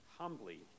humbly